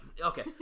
Okay